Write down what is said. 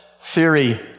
theory